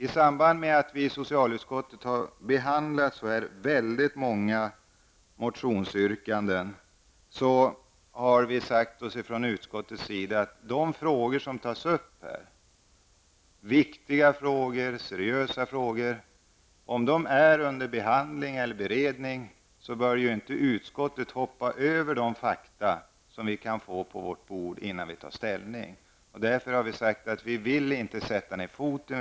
I samband med att vi i socialutskottet har behandlat så här väldigt många motionsyrkanden har vi sagt att om de viktiga frågor som här tas upp är under beredning, bör utskottet inte fatta beslut innan de fakta som kan komma fram ligger på vårt bord. Därför har vi sagt att vi inte vill sätta ned foten.